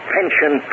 Pension